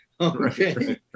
Okay